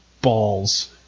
balls